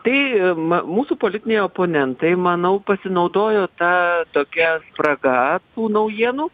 tai mūsų politiniai oponentai manau pasinaudojo ta tokia spraga tų naujienų